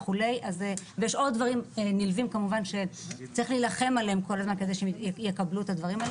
ויש עוד דברים נלווים שצריך להילחם עליהם כל הזמן כדי שיקבלו אותם.